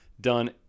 done